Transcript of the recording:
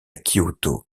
kyoto